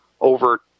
over